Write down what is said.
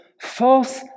false